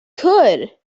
could